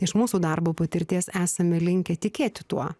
iš mūsų darbo patirties esame linkę tikėti tuo